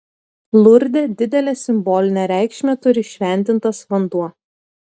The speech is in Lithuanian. lurde didelę simbolinę reikšmę turi šventintas vanduo